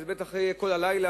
וזה בטח יהיה כל הלילה,